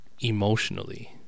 emotionally